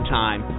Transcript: time